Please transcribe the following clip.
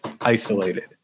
isolated